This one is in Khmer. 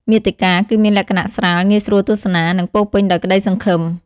មាតិកា គឺមានលក្ខណៈស្រាល ងាយស្រួលទស្សនា និងពោរពេញដោយក្តីសង្ឃឹម។